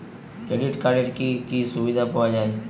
Credit কার্ডের কি কি সুবিধা পাওয়া যায়?